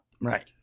Right